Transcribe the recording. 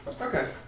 Okay